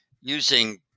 using